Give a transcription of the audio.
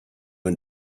and